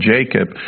Jacob